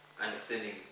understanding